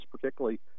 particularly